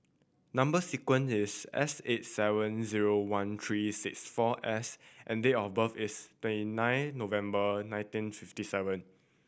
number sequence is S eight seven zero one three six four S and date of birth is twenty nine November nineteen fifty seven